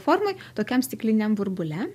formoj tokiam stikliniam burbule